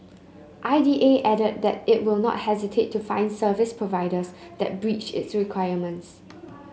I D A added that it will not hesitate to fine service providers that breach its requirements